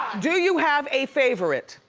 do you have a favorite?